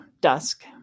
dusk